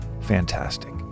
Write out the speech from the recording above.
fantastic